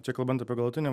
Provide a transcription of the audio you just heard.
čia kalbant apie galutinį